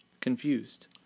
Confused